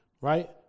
right